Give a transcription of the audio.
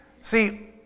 See